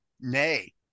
nay